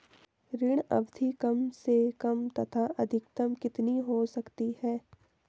ऋण अवधि कम से कम तथा अधिकतम कितनी हो सकती है?